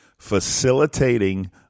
facilitating